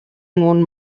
one